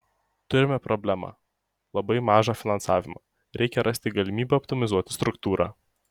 turime problemą labai mažą finansavimą reikia rasti galimybių optimizuoti struktūrą